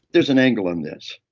there's an angle on this.